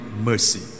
Mercy